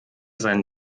seinen